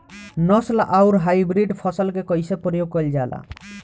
नस्ल आउर हाइब्रिड फसल के कइसे प्रयोग कइल जाला?